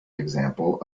example